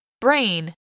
Brain